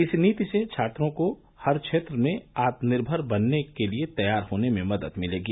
इस नीति से छात्रों को हर क्षेत्र में आत्मनिर्भर बनने के लिए तैयार होने में मदद मिलेगी